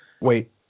Wait